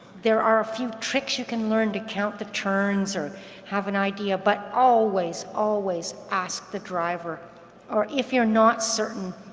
there are a few tricks you can learn to count the turns or have an idea, but always, always ask the driver or if you're not certain,